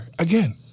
again